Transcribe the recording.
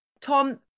Tom